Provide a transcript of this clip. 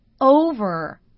over